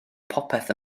popeth